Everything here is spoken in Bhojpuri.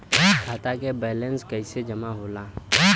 खाता के वैंलेस कइसे जमा होला?